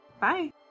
bye